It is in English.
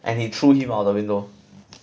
and he threw him out of the window